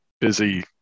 busy